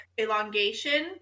elongation